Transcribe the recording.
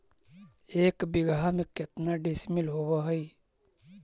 एक बीघा में केतना डिसिमिल होव हइ?